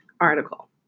article